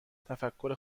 تفکر